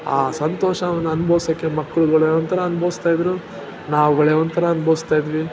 ಆ ಸಂತೋಷವನ್ನು ಅನ್ಭವ್ಸೋಕ್ಕೆ ಮಕ್ಕಳುಗಳು ಒಂಥರ ಅನ್ಭವಿಸ್ತಾಯಿದ್ರು ನಾವುಗಳೇ ಒಂಥರ ಅನ್ಭವಿಸ್ತಾಯಿದ್ವಿ